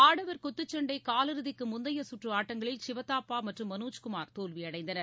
ஆடவா் குத்துச் சண்டைகாலிறுதிக்குமுந்தையகற்றுஆட்டங்களில் சிவதாப்பாமற்றும் மனோஜ் குமார் தோல்வியடைந்தனர்